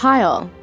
Tile